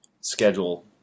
schedule